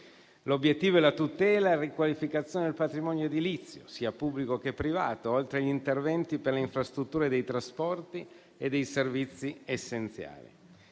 L'obiettivo è la tutela e la riqualificazione del patrimonio edilizio, sia pubblico che privato, oltre agli interventi per le infrastrutture dei trasporti e dei servizi essenziali.